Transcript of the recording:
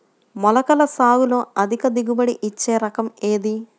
మొలకల సాగులో అధిక దిగుబడి ఇచ్చే రకం ఏది?